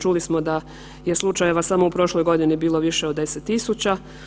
Čuli smo da je slučajeva samo u prošloj godini bilo više od 10 000.